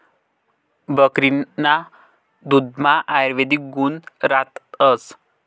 बकरीना दुधमा आयुर्वेदिक गुण रातस